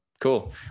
cool